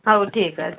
ହଉ ଠିକ୍ ଅଛି